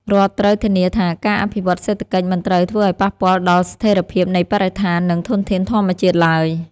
រដ្ឋត្រូវធានាថាការអភិវឌ្ឍសេដ្ឋកិច្ចមិនត្រូវធ្វើឱ្យប៉ះពាល់ដល់ស្ថិរភាពនៃបរិស្ថាន និងធនធានធម្មជាតិឡើយ។